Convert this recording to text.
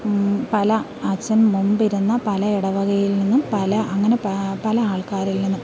പല അച്ഛൻ മുമ്പ് ഇരുന്ന പല ഇടവകയിൽ നിന്നും പല അങ്ങനെ പല ആൾക്കാരിൽ നിന്നും